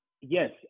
yes